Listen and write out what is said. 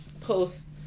post